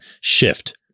shift